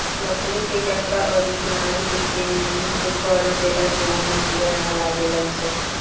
लकड़ी के जंगला अउरी केवाड़ी के पेंनट कर देला से ओमे कीड़ा ना लागेलसन